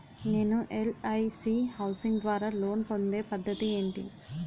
నేను LIC housing ద్వారా loan పొందే పద్ధతి ఏంటి?